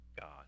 God